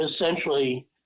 essentially